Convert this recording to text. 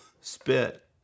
spit